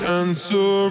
answer